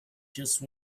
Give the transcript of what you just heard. just